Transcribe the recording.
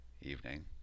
evening